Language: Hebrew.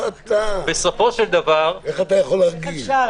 לא אתה, איך אתה יכול להרגיז?